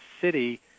city